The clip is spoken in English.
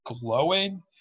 glowing